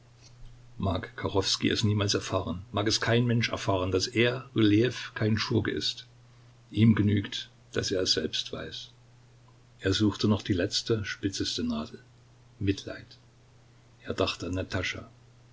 es niemals erfahren mag es kein mensch erfahren daß er rylejew kein schurke ist ihm genügt daß er es selbst weiß er suchte noch die letzte spitzeste nadel mitleid er dachte an natascha er